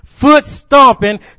foot-stomping